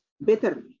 better